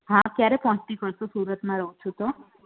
હા ક્યારે પહોંચતી કરશો સુરતમાં રહું છું તો